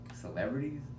celebrities